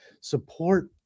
support